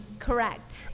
Correct